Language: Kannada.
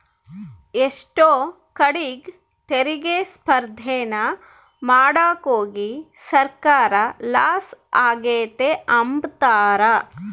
ಎಷ್ಟೋ ಕಡೀಗ್ ತೆರಿಗೆ ಸ್ಪರ್ದೇನ ಮಾಡಾಕೋಗಿ ಸರ್ಕಾರ ಲಾಸ ಆಗೆತೆ ಅಂಬ್ತಾರ